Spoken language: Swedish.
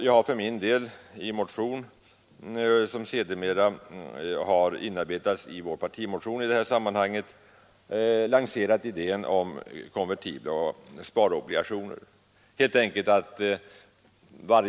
Jag har för min del i en motion, som sedermera inarbetats i vår partimotion i det här sammanhanget, lanserat idén om konvertibla sparobligationer.